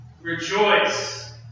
rejoice